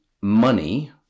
money